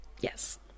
Yes